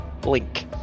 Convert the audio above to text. Blink